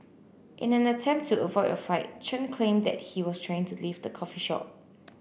in an attempt to avoid a fight Chen claimed that he was trying to leave the coffee shop